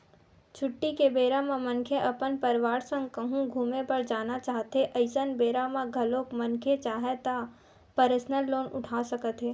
छुट्टी के बेरा म मनखे अपन परवार संग कहूँ घूमे बर जाना चाहथें अइसन बेरा म घलोक मनखे चाहय त परसनल लोन उठा सकत हे